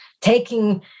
taking